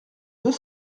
deux